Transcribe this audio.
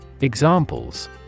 Examples